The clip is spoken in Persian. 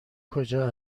کجا